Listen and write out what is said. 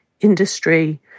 industry